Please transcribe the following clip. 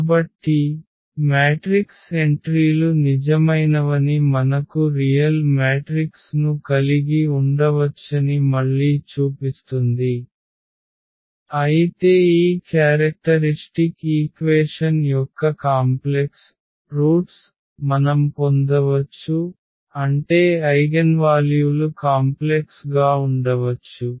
కాబట్టి మ్యాట్రిక్స్ ఎంట్రీలు నిజమైనవని మనకు రియల్ మ్యాట్రిక్స్ ను కలిగి ఉండవచ్చని మళ్ళీ చూపిస్తుంది అయితే ఈ క్యారెక్టరిష్టిక్ ఈక్వేషన్ యొక్క కాంప్లెక్స్ మూలాలను మనం పొందవచ్చు అంటే ఐగెన్వాల్యూలు కాంప్లెక్స్ గా ఉండవచ్చు